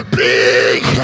big